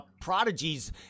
prodigies